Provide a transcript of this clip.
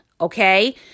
okay